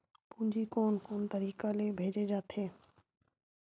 पूंजी कोन कोन तरीका ले भेजे जाथे?